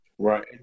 Right